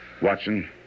Watson